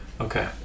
okay